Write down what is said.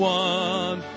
one